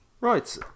Right